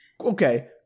Okay